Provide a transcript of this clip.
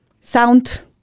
sound